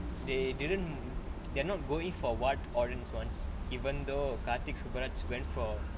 they didn't they are not going for what audience wants even though karthik suburaj went for